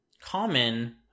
common